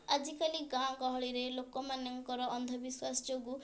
ଆଜିକାଲି ଗାଁ ଗହଳିରେ ଲୋକମାଙ୍କର ଅନ୍ଧ ବିଶ୍ଵାସ ଯୋଗୁଁ